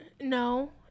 No